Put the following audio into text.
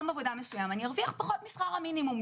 עבודה מסוים אני ארוויח פחות משכר המינימום.